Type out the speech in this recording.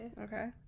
okay